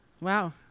Wow